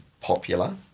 popular